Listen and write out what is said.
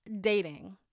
dating